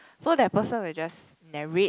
so that person will just narrate